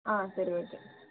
ஆ சரி ஓகே